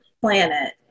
planet